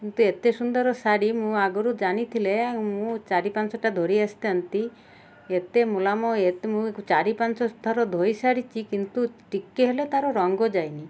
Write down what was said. କିନ୍ତୁ ଏତେ ସୁନ୍ଦର ଶାଢ଼ୀ ମୁଁ ଆଗରୁ ଜାଣିଥିଲେ ମୁଁ ଚାରି ପାଞ୍ଚଟା ଧରି ଆସିଥାନ୍ତି ଏତେ ମୁଲାୟମ ମୁଁ ଚାରି ପାଞ୍ଚଥର ଧୋଇ ସାରିଛି କିନ୍ତୁ ଟିକେ ହେଲେ ତାର ରଙ୍ଗ ଯାଇନି